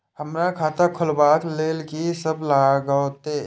हमरा खाता खुलाबक लेल की सब लागतै?